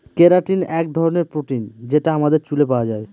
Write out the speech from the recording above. keratin এক ধরনের protein যেটা আমাদের চুলে পাওয়া যায়